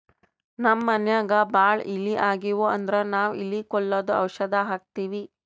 ನಮ್ಮ್ ಮನ್ಯಾಗ್ ಭಾಳ್ ಇಲಿ ಆಗಿವು ಅಂದ್ರ ನಾವ್ ಇಲಿ ಕೊಲ್ಲದು ಔಷಧ್ ಹಾಕ್ತಿವಿ